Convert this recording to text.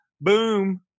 Boom